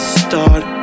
start